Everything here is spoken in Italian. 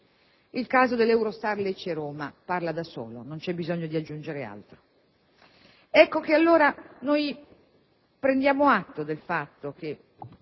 Il caso dell'Eurostar Lecce- Roma parla da solo, non c'è bisogno di aggiungere altro. Allora, prendiamo atto che i meriti che